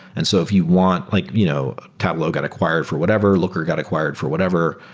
and so if you want like you know tableau got acquired for whatever. looker got acquired for whatever.